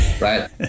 right